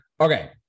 Okay